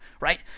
right